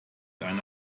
eine